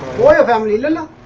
sort of every listener